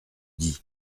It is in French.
dit